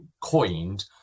coined